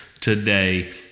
today